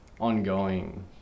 ongoing